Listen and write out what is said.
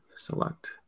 Select